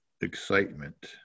excitement